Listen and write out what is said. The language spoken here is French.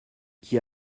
qui